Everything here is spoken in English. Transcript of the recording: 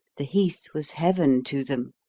the heath was heaven to them.